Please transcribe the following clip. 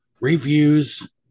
Reviews